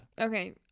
Okay